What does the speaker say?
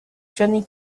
johnny